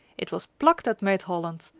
it was pluck that made holland,